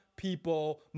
people